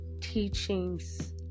teachings